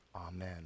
Amen